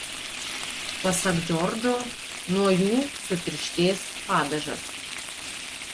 pasak džordžo nuo jų sutirštės padažas